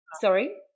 sorry